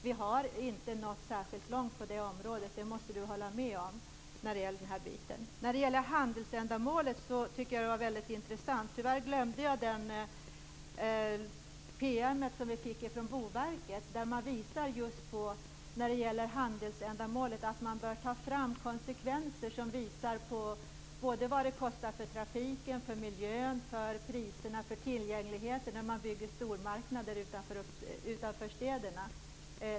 Vi har inte nått särskilt långt på det området, det måste Peter Weibull Bernström hålla med om. Det Peter Weibull Bernström sade om handelsändamålet var väldigt intressant. Tyvärr glömde jag den PM vi fick från Boverket, som visar just att man bör ta fram konsekvenserna för trafiken, miljön, priserna och tillgängligheten av att det byggs stormarknader utanför städerna.